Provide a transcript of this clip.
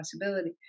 possibility